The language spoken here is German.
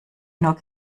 nur